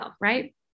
Right